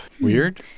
weird